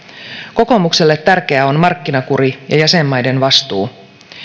kokoomukselle tärkeää on markkinakuri ja jäsenmaiden vastuu